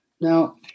now